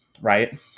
right